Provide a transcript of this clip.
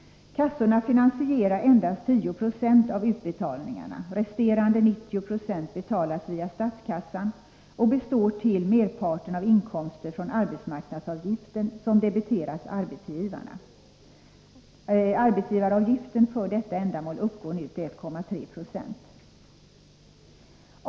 Kassorna finansierar endast 10 96 av utbetalningarna. Resterande 90 926 betalas via statskassan och består till en större del av inkomster från arbetsmarknadsavgiften som debiteras arbetsgivarna. Den uppgår nu till 1,3 9e.